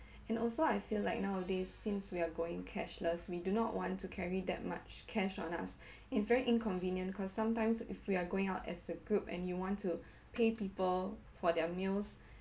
and also I feel like nowadays since we're going cashless we do not want to carry that much cash on us it's very inconvenient because sometimes if we are going out as a group and you want to pay people for their meals